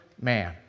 man